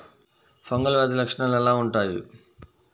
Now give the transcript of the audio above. Fungal వ్యాధి లక్షనాలు ఎలా వుంటాయి?